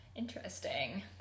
Interesting